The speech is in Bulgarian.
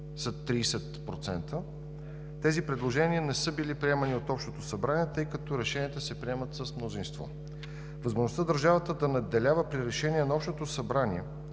– 30%, тези предложения не са били приемани от Общото събрание, тъй като решенията се приемат с мнозинство. Възможността държавата да надделява при решения на Общото събрание